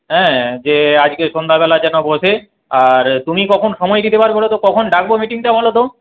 হ্যাঁ যে আজকে সন্ধ্যাবেলা যেন বসে আর তুমি কখন সময় দিতে পারবে বলো তো কখন ডাকব মিটিংটা বলো তো